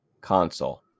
console